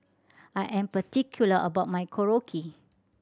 I am particular about my Korokke